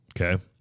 Okay